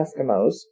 Eskimos